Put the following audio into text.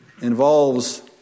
involves